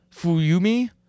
Fuyumi